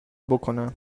بکنم